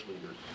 leaders